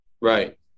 Right